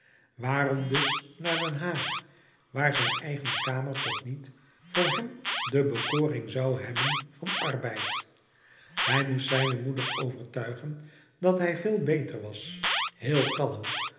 waarom dus naar den haag waar zijn eigen kamer toch niet voor hem de bekoring zoû hebben van arbeid louis couperus metamorfoze hij moest zijne moeder overtuigen dat hij veel beter was heel kalm